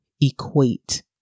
equate